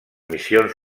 missions